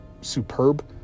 superb